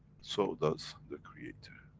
so does the creator,